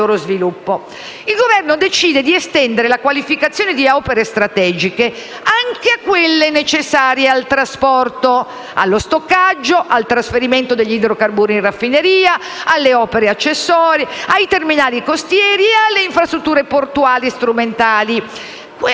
Il Governo decide di estendere la qualificazione di opere strategiche anche a quelle necessarie al trasporto, allo stoccaggio, al trasferimento degli idrocarburi in raffineria, alle opere accessorie, ai terminali costieri e alle infrastrutture portuali e strumentali,